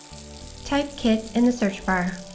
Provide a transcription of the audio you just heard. type kit in the search bar.